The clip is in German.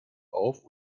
auf